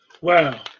Wow